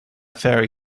fairy